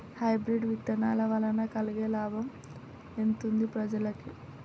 Hybrid విత్తనాల వలన కలిగే లాభం ఎంతుంది ప్రజలకి?